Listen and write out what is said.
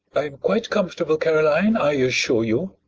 quite comfortable, caroline, i assure you.